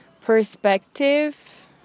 perspective